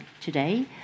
today